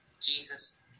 Jesus